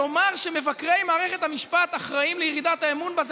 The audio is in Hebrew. לומר שמבקרי מערכת המשפט אחראים לירידת האמון בה זה